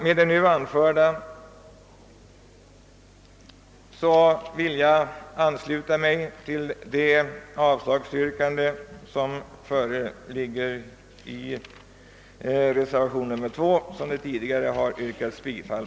Med det nu anförda vill jag ansluta mig till det avslagsyrkande som föreligger i reservation 2, till vilken det tidigare har yrkats bifall.